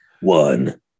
one